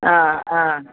ആ ആ